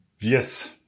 Yes